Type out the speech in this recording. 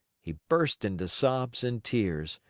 he burst into sobs and tears.